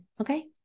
okay